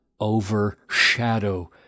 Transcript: overshadow